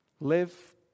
Live